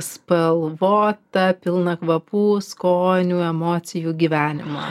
spalvotą pilna kvapų skonių emocijų gyvenimą